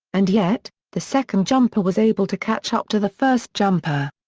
and yet, the second jumper was able to catch up to the first jumper.